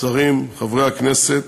שרים, חברי הכנסת,